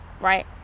right